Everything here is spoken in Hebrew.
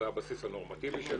זה הבסיס הנורמטיבי שלה.